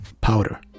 powder